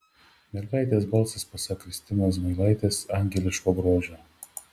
mergaitės balsas pasak kristinos zmailaitės angeliško grožio